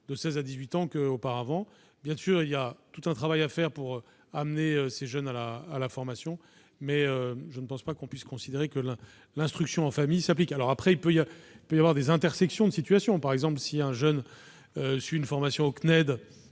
de même nature qu'auparavant. Bien sûr, il y a tout un travail à faire pour amener ces jeunes à la formation. Pour autant, je ne pense pas que l'on puisse considérer que la notion d'instruction en famille s'applique dans ce cas. Après, il peut y avoir des intersections de situations : par exemple, si un jeune suit une formation au CNED